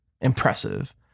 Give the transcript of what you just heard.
impressive